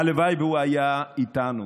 הלוואי שהוא היה איתנו.